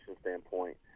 standpoint